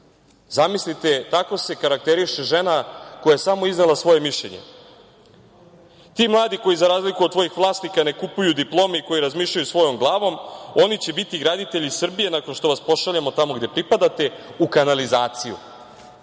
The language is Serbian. tako se karakteriše žena koja je samo iznela svoje mišljenje. „Ti mladi, koji za razliku od tvojih vlasnika ne kupuju diplome i koji razmišljaju svojom glavom, oni će biti graditelji Srbije nakon što vas pošaljemo tamo gde pripadate, u kanalizaciju.“